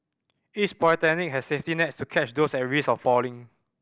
each polytechnic has safety nets to catch those at risk of failing